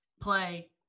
play